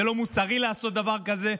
זה לא מוסרי לעשות דבר כזה.